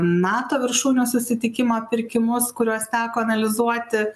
nato viršūnių susitikimo pirkimus kuriuos teko analizuoti